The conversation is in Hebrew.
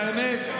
והאמת,